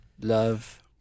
Love